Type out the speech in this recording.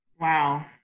Wow